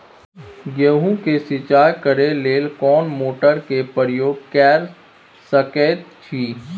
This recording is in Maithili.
गेहूं के सिंचाई करे लेल कोन मोटर के प्रयोग कैर सकेत छी?